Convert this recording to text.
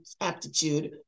aptitude